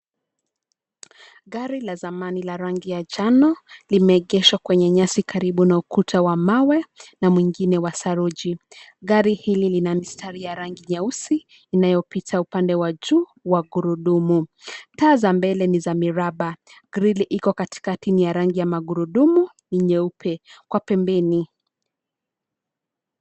Gari la zamani la rangi ya njano limeegeshwa kwenye nyasi karibu na ukuta wa mawe na mwingine wa saruji. Gari hili lina mistari ya rangi nyeusi inayopita upande wa juu wa gurudumu. Taa za mbele ni za miraba, grill iko katikati ni ya rangi ya magurudumu ni nyeupe, kwa pembeni.